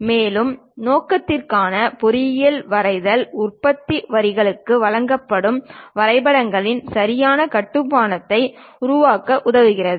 மேலும் நோக்கத்திற்கான பொறியியல் வரைதல் உற்பத்தி வரிகளுக்கு வழங்கப்படும் வரைபடங்களின் சரியான கட்டுமானத்தை உருவாக்க உதவுகிறது